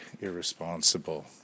irresponsible